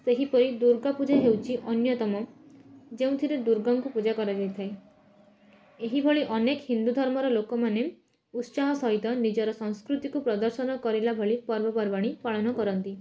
ସେହିପରି ଦୁର୍ଗାପୂଜା ହେଉଚି ଅନ୍ୟତମ ଯେଉଁଥିରେ ଦୁର୍ଗାଙ୍କୁ ପୂଜା କରାଯାଇଥାଏ ଏହିଭଳି ଅନେକ ହିନ୍ଦୁ ଧର୍ମର ଲୋକମାନେ ଉତ୍ସାହ ସହିତ ନିଜର ସଂସ୍କୃତିକୁ ପ୍ରଦର୍ଶନ କରିଲା ଭଳି ପର୍ବପର୍ବାଣୀ ପାଳନ କରନ୍ତି